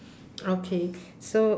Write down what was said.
okay so